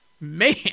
Man